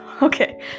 Okay